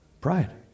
Pride